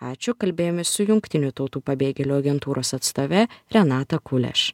ačiū kalbėjomės su jungtinių tautų pabėgėlių agentūros atstove renata kuleš